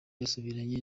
yasubiranye